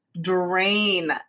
drain